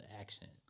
accent